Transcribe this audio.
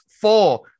four